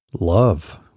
love